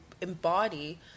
embody